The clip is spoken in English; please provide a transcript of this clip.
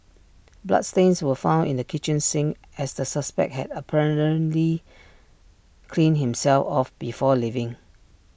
bloodstains were found in the kitchen sink as the suspect had apparently cleaned himself off before leaving